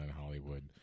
Hollywood